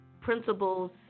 principles